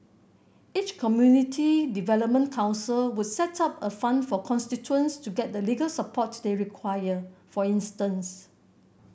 each community development council would set up a fund for constituents to get the legal support they require for instance